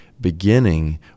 beginning